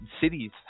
cities